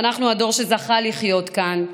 אנחנו הדור שזכה לחיות כאן,